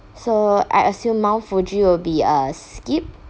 so I assume mount fuji will be uh skip